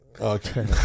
Okay